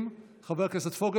חבר הכנסת גלעד קריב,